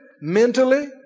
mentally